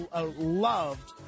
loved